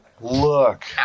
look